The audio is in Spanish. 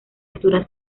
altura